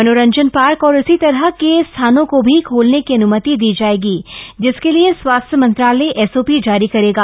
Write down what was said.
मनप्रंजन park और इसी तरह के स्थानों का भी खात्रने की अनुमति दी जाएगी जिसके लिए स्वास्थ्य मंत्रालय एसओपी जारी करेगा